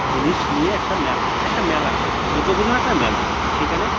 জিনিস নিয়ে একটা একটা মেলা দুর্গা পুজোর একটা মেলা সেখানে